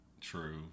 True